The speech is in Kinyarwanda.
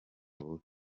bubi